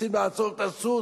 רוצים לעצור את הסוס,